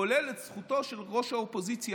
כולל את זכותו של ראש האופוזיציה,